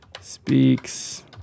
Speaks